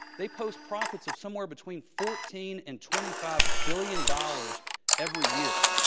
they post profits of somewhere between fourteen and twenty five billion dollars every year.